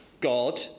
God